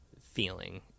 feeling